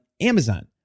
Amazon